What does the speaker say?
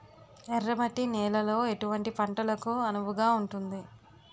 ఎర్ర మట్టి నేలలో ఎటువంటి పంటలకు అనువుగా ఉంటుంది?